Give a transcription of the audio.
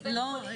הכנסת.